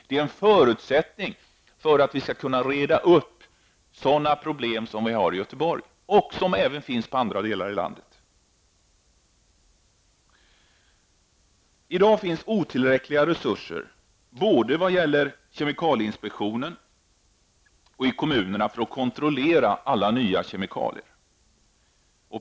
Det är en förutsättning för att vi skall kunna reda upp sådana problem som finns i Göteborg och även i andra delar av landet. Både kemikalieinspektionen och kommunerna har i dag otillräckliga resurser för att kontrollera alla nya kemikalier.